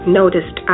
noticed